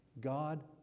God